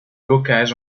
bocage